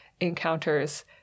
encounters